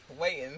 waiting